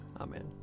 Amen